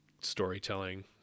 storytelling